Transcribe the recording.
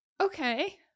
Okay